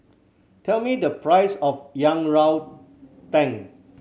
tell me the price of yang rou ting